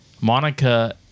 Monica